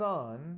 Son